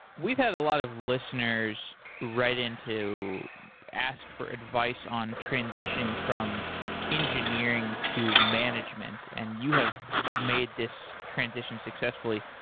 we've had a lot of listeners write into ask for advice on transitioning from engineering to management and you have made this transitions successfully.